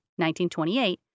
1928